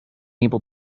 able